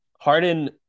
Harden